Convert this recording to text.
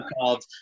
called